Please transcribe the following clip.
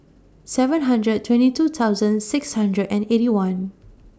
seven hundred twenty two thousand six hundred and Eighty One